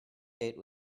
date